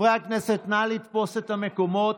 חברי הכנסת, נא לתפוס את המקומות.